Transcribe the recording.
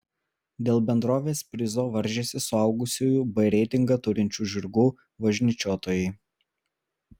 dėl bendrovės prizo varžėsi suaugusiųjų b reitingą turinčių žirgų važnyčiotojai